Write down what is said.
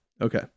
Okay